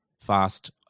fast